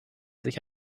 sich